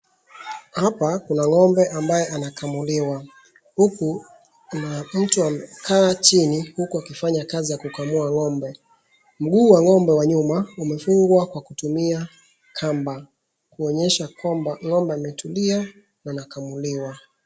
Hapa kuna ng'ombe ambaye anakamuliwa huku kuna mtu amekaa chini huku akifanya kazi ya kukamua ng'ombe. Mguu wa ng'ombe wa nyuma umefungwa kwa kutumia kamba kuonyesha kwamba ng'ombe ametulia anakamuliwa.